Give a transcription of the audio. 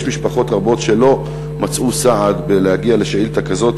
יש משפחות רבות שלא מצאו סעד של שאילתה כזאת,